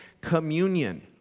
communion